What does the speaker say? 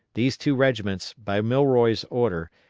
these two regiments, by milroy's order,